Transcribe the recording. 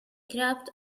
crept